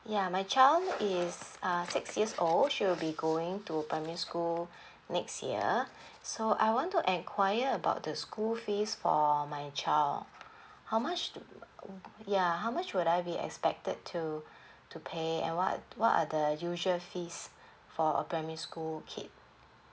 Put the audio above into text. ya my child is uh six years old she will be going to primary school next year so I want to enquire about the school fees for my child how much ya how much will I be expected to to pay and what what are the usual fees for a primary school kid